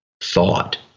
thought